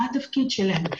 מה התפקיד שלהם.